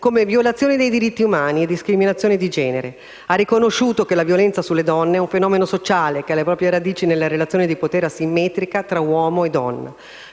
come violazione dei diritti umani e discriminazione di genere. Ha riconosciuto che la violenza sulle donne è un fenomeno sociale che ha le proprie radici nella relazione di potere asimmetrica fra uomo e donna.